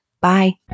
Bye